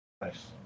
Nice